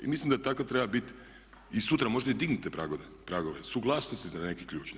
I mislim da tako treba biti, i sutra možda i dignite pragove, suglasnosti za neke ključne.